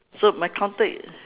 so my counter